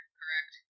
correct